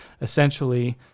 essentially